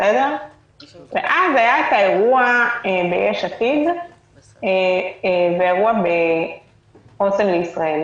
ואז היה האירוע ביש עתיד ואירוע בחוסן לישראל,